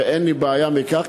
ואין לי בעיה בכך,